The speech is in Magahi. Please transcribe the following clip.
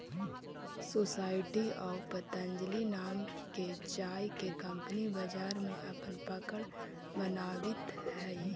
सोसायटी आउ पतंजलि नाम के चाय के कंपनी बाजार में अपन पकड़ बनावित हइ